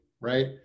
right